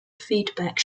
feedback